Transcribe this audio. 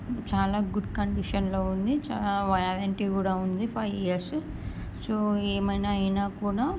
చాలా గుడ్ కండిషన్లో ఉంది చాలా వారెంటీ కూడా ఉంది ఫైవ్ ఇయర్స్ సో ఏమైనా అయినా కూడా